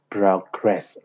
progress